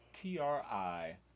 TRI